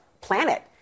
planet